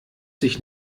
sich